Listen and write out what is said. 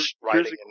writing